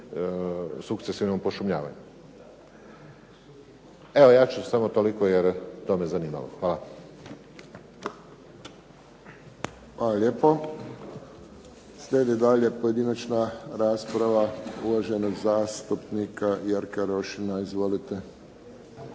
sukcesivnom pošumljavanju. Evo ja ću samo toliko, jer to me zanimalo. Hvala. **Friščić, Josip (HSS)** Hvala lijepo. Slijedi dalje pojedinačna rasprava uvaženog zastupnika Jerka Rošina. Izvolite.